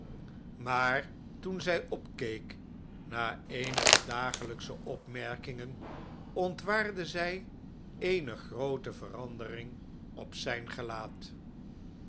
maar toen zjj opkeek na eenige dageljjksche opmerkingen ontwaarde zjj eene groote verandering op zjjn gelaat